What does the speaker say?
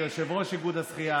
כיושב-ראש איגוד השחייה.